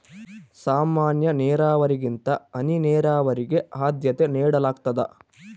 ಸಾಮಾನ್ಯ ನೇರಾವರಿಗಿಂತ ಹನಿ ನೇರಾವರಿಗೆ ಆದ್ಯತೆ ನೇಡಲಾಗ್ತದ